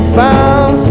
found